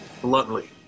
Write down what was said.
bluntly